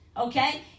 okay